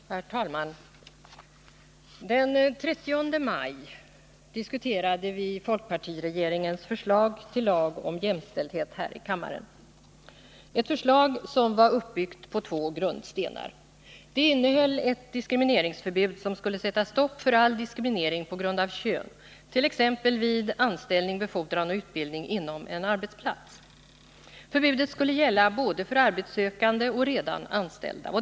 Herr talman! Den 30 maj diskuterade vi folkpartiregeringens förslag till lag om jämställdhet här i kammaren, ett förslag som var uppbyggt på två grundstenar. Det innehöll ett diskrimineringsförbud, som skulle sätta stopp för all diskriminering på grund av kön, t.ex. vid anställning, befordran och utbildning inom en arbetsplats. Förbudet skulle gälla för både arbetssökande och redan anställda.